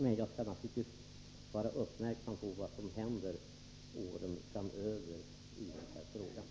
Jag skall naturligtvis vara uppmärksam på vad som händer framöver i frågan.